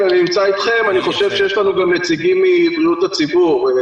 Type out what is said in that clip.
אני חושב שיש לנו גם נציגים מבריאות הציבור.